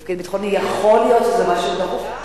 בתפקיד ביטחוני, יכול להיות שזה משהו דחוף.